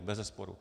Bezesporu.